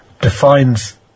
defines